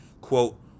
quote